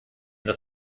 dass